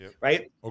Right